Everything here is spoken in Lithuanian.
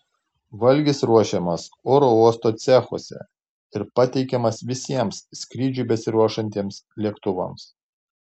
valgis ruošiamas oro uosto cechuose ir pateikiamas visiems skrydžiui besiruošiantiems lėktuvams